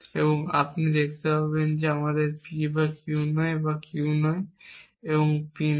এবং আপনি দেখতে পাবেন এটি আবার P বা Q নয় এবং Q নয় এবং P নয়